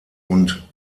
und